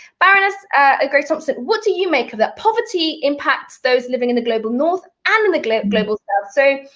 baroness ah grey-thompson, what do you make of that? poverty impacts those living in the global north and in the global global south. so,